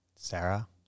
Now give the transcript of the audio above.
Sarah